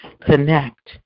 connect